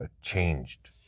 changed